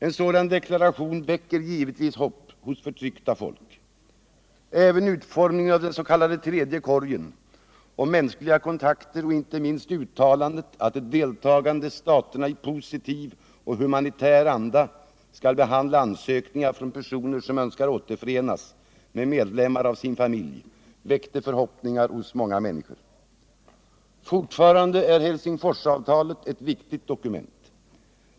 En sådan deklaration väcker givetvis hopp hos förtryckta folk. Även utformningen av den s.k. tredje korgen om mänskliga kontakter och inte minst uttalandet att de deltagande staterna i positiv och humanitär anda skall behandla ansökningar från personer, som önskar återförenas med medlemmar av sin familj, väckte förhoppningar hos många människor. Fortfarande är Helsingsforsavtalet ett viktigt dokument.